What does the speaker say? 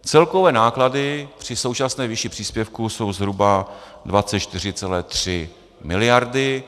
Celkové náklady při současné výši příspěvku jsou zhruba 24,3 mld.